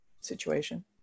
situation